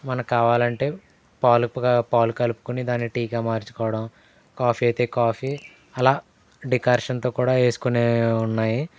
మనకి కావాలంటే పాలు పాలు కలుపుకొని దాన్ని టీగా మార్చుకోడం కాఫీ అయితే కాఫీ అలా డికాషన్తో కూడా వేసుకొనేవి ఉన్నాయి